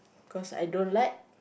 cause I don't like